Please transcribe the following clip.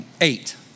eight